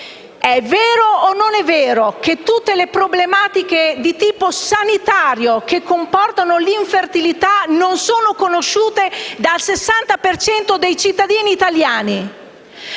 È vero o non è vero che tutte le problematiche di tipo sanitario che comportano l'infertilità non sono conosciute dal 60 per cento dei cittadini italiani?